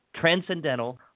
transcendental